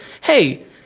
hey